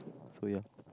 so ya